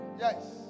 Yes